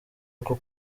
rwo